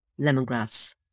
lemongrass